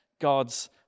God's